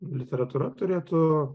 literatūra turėtų